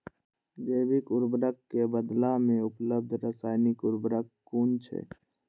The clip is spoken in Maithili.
जैविक उर्वरक के बदला में उपलब्ध रासायानिक उर्वरक कुन छै?